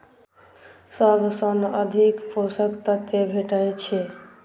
सबसँ अधिक पोसक तत्व भेटय छै?